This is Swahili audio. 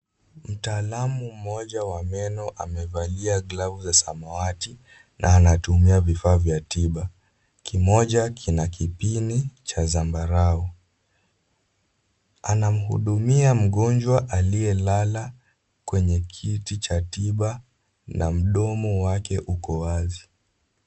Mtaalamu mmoja wa meno amevalia glavu za samawati na anatumia vifaa vya tiba. Kimoja kina kipini cha zambarau. Anamhudumia mgonjwa aliyelala kwenye kiti cha tiba na mdomo wake uko wazi.